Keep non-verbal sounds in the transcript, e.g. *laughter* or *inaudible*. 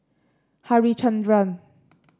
harichandra *noise*